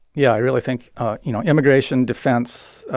yeah, i really think you know, immigration, defense,